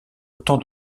autant